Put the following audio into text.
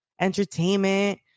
entertainment